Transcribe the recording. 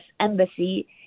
Embassy